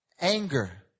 Anger